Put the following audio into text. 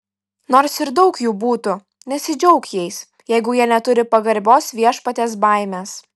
nors ir daug jų būtų nesidžiauk jais jeigu jie neturi pagarbios viešpaties baimės